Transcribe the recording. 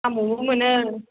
साम'बो मोनो